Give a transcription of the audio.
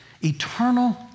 eternal